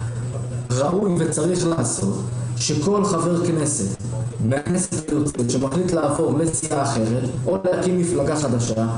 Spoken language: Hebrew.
כל חבר כנסת מהכנסת הזאת שמחליט לעבור לסיעה אחרת או להקים מפלגה חדשה,